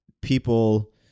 people